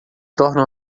tornam